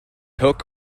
hook